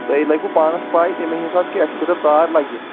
تۄہہِ لَگوِٕ پانَس پےَ تَمے حِساب کہِ اَسہِ کۭژاہ تار لَگہِ